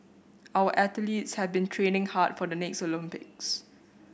our athletes have been training hard for the next Olympics